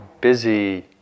busy